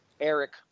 Eric